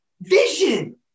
vision